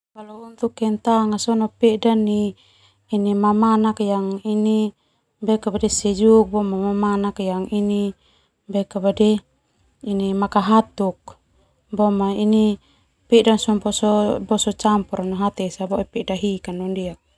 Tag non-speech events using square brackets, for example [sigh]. Kalau untuk kentang sona peda ni mamanak yang sejuk no mamanak makahatuk peda boso campur no hata esa boe [unintelligible] londiak.